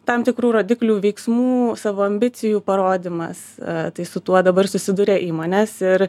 tam tikrų rodiklių veiksmų savo ambicijų parodymas tai su tuo dabar susiduria įmonės ir